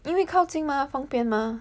因为靠近嘛方便嘛